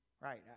Right